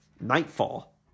Nightfall